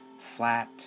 flat